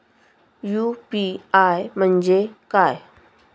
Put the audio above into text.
UPI म्हणजे काय?